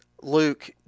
Luke